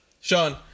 Sean